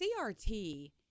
CRT